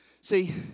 See